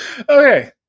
Okay